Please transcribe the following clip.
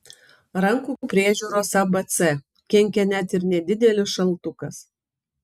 rankų priežiūros abc kenkia net ir nedidelis šaltukas